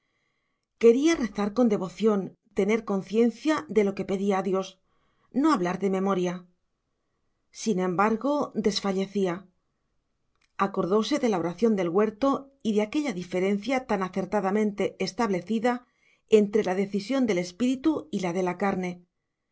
quería rezar con devoción tener conciencia de lo que pedía a dios no hablar de memoria sin embargo desfallecía acordóse de la oración del huerto y de aquella diferencia tan acertadamente establecida entre la decisión del espíritu y la de la carne